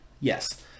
yes